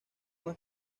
más